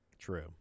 True